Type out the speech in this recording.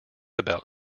about